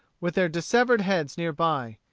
with their dissevered heads near by.